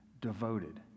devoted